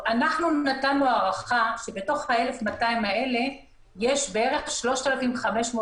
נתנו הערכה שבתוך 1,200 האלה יש בערך 3,500,